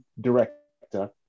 director